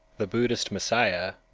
the buddhist messiah,